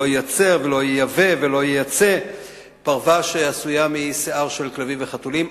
ייצר ולא ייבא ולא ייצא פרווה שעשויה משיער של כלבים וחתולים.